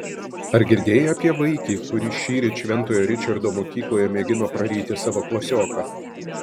ar girdėjai apie vaikį kuris šįryt šventojo ričardo mokykloje mėgino praryti savo klasioką